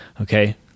Okay